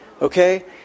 okay